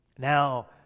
Now